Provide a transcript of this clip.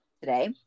today